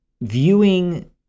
viewing